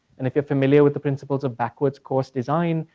and if you're familiar with the principles of backwards course design,